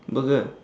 burger